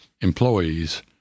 employees